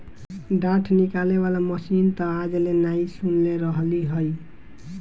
डाँठ निकाले वाला मशीन तअ आज ले नाइ सुनले रहलि हई